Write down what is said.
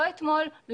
לא אתמול,